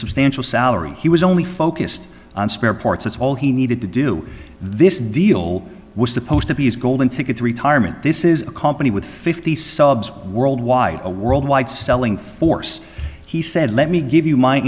substantial salary he was only focused on spare parts that's all he needed to do this deal was supposed to be his golden ticket to retirement this is a company with fifty subs worldwide a worldwide selling force he said let me give you my